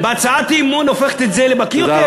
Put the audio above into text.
הצעת אי-אמון הופכת את זה, יותר?